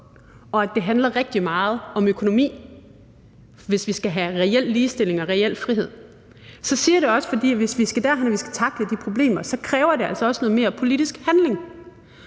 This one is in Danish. og at det handler rigtig meget om økonomi, hvis vi skal have reel ligestilling og reel frihed, så siger jeg det også, fordi det, hvis vi skal derhen, hvor vi skal tackle de problemer, altså også kræver noget mere politisk handling.